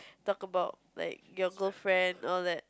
talk about like your girlfriend or like